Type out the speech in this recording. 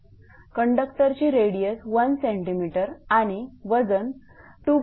कंडक्टरची radius 1 cm आणि वजन 2